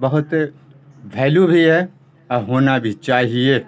بہت ویلو بھی ہے اور ہونا بھی چاہیے